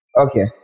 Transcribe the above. Okay